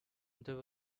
there